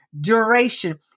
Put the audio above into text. duration